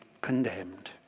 condemned